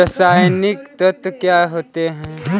रसायनिक तत्व क्या होते हैं?